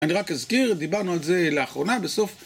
אני רק אזכיר, דיברנו על זה לאחרונה, בסוף.